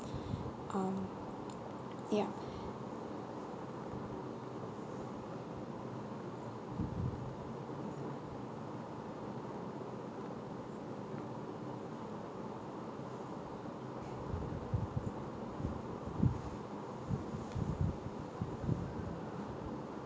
um yup